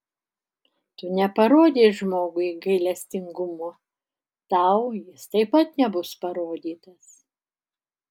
tu neparodei žmogui gailestingumo tau jis taip pat nebus parodytas